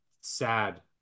sad